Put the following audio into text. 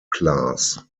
class